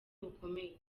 bukomeye